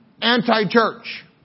anti-church